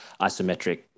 isometric